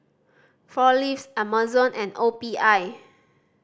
Four Leaves Amazon and O P I